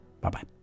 Bye-bye